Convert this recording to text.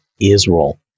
Israel